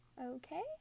okay